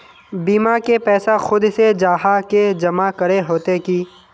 बीमा के पैसा खुद से जाहा के जमा करे होते की?